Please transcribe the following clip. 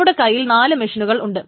നമ്മുടെ കൈയിൽ നാലു മെഷീനുകൾ ഉണ്ട്